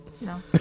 No